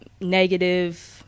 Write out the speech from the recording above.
negative